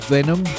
Venom